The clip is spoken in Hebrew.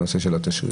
הנושא של התשריר.